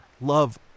Love